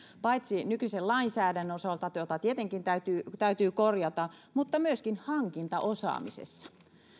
paitsi nykyisen lainsäädännön osalta jota jota tietenkin täytyy täytyy korjata myöskin hankintaosaamisessa